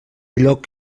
lloc